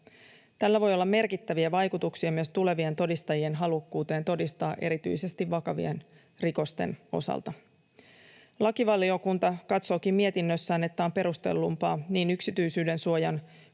Tällä voi olla merkittäviä vaikutuksia myös tulevien todistajien halukkuuteen todistaa erityisesti vakavien rikosten osalta. Lakivaliokunta katsookin mietinnössään, että on perustellumpaa niin yksityisyydensuojan